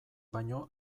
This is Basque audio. baino